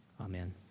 amen